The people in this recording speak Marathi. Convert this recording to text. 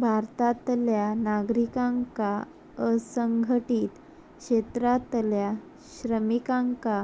भारतातल्या नागरिकांका असंघटीत क्षेत्रातल्या श्रमिकांका